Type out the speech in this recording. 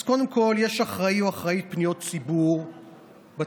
קודם כול, יש אחראי או אחראית פניות ציבור בתפקיד.